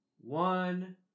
One